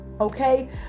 okay